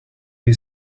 you